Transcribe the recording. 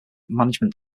management